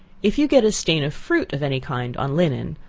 if you get a stain of fruit of any kind on linen,